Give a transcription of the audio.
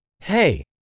Hey